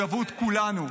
כולנו,